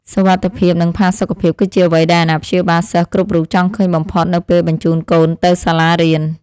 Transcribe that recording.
សុវត្ថិភាពនិងផាសុកភាព គឺជាអ្វីដែលអាណាព្យាបាលសិស្សគ្រប់រូបចង់ឃើញបំផុតនៅពេលបញ្ជូនកូនទៅសាលារៀន។